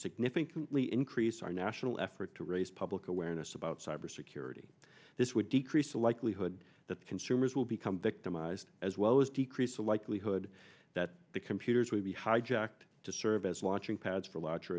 significantly increase our national effort to raise public awareness about cyber security this would decrease the likelihood that consumers will become victimized as well as decrease the likelihood that the computers will be hijacked to serve as a launching pad for larger